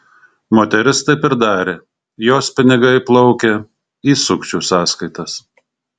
moteris taip ir darė jos pinigai plaukė į sukčių sąskaitas